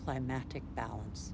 climatic balance